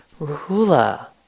Ruhula